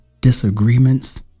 disagreements